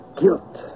guilt